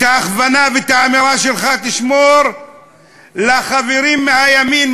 את ההכוונה ואת האמירה שלך תשמור לחברים מהימין,